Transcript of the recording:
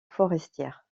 forestières